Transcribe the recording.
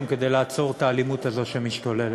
כדי לעצור את האלימות הזאת שמשתוללת.